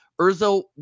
Urzo